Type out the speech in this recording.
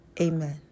Amen